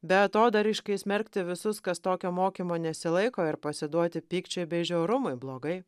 beatodairiškai smerkti visus kas tokio mokymo nesilaiko ir pasiduoti pykčiui bei žiaurumui blogai